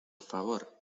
favor